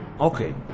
Okay